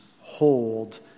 hold